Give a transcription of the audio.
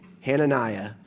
Hananiah